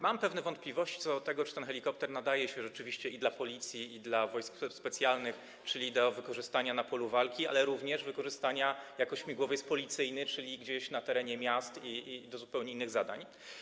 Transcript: Mam pewne wątpliwości co do tego, czy ten helikopter nadaje się rzeczywiście i dla Policji, i dla Wojsk Specjalnych, czyli do wykorzystania na polu walki, ale również do wykorzystania jako śmigłowiec policyjny, czyli gdzieś na terenie miast, i do zupełnie innych zadań.